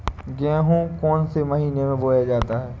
गेहूँ कौन से महीने में बोया जाता है?